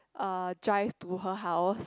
uh drive to her house